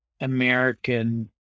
American